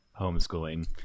homeschooling